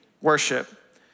worship